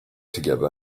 together